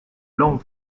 langue